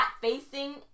facing